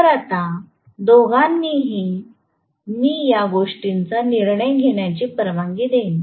तर आता दोघांनाही मी या गोष्टींचा निर्णय घेण्याची परवानगी देईन